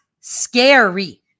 scary